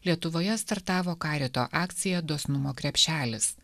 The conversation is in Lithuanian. lietuvoje startavo karito akcija dosnumo krepšelis